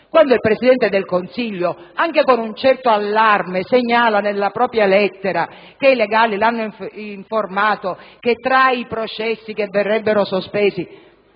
quando il Presidente del Consiglio, anche con un certo allarme, segnala nella propria lettera che i suoi legali lo hanno informato che tra i processi che verrebbero sospesi